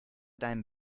deinem